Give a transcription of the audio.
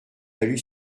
valu